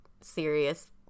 serious